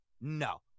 No